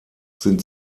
sind